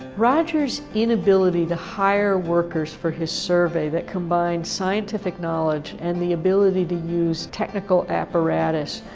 rogers' inability to hire workers for his survey, that combined scientific knowledge and the ability to use technical apparatus,